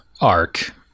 arc